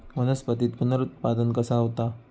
वनस्पतीत पुनरुत्पादन कसा होता?